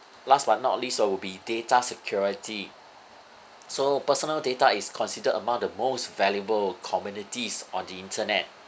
last but not least uh will be data security so personal data is considered among the most valuable commodities on the internet